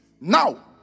Now